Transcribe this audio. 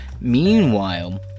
meanwhile